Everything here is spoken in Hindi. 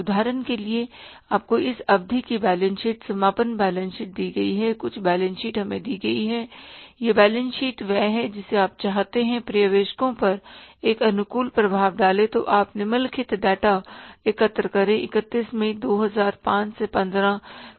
उदाहरण के लिए आपको इस अवधि की बैलेंस शीट समापन बैलेंस शीट दी गई है कुछ बैलेंस शीट हमें दी गई है यह बैलेंस शीट वह है जिसे आप चाहते हैं पर्यवेक्षकों पर एक अनुकूल प्रभाव डालें तो आप निम्नलिखित डेटा एकत्र करें 31 मई 2005 15 को या जो भी हो